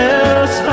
else